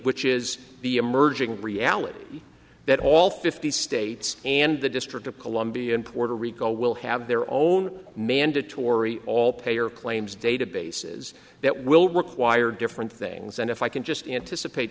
which is the emerging reality that all fifty states and the district of columbia and puerto rico will have their own mandatory all payer claims databases that will require different things and if i can just anticipate